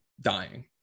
dying